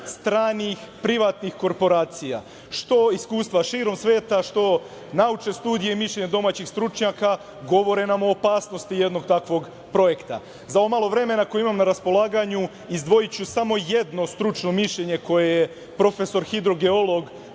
stranih privatnih korporacija. Iskustva širom sveta, naučne studije i mišljenja domaćih stručnjaka govore nam o opasnosti jednog takvog projekta.Za ovo malo vremena koje imam na raspolaganju, izdvojiću samo jedno stručno mišljenje koje je profesor hidrogeolog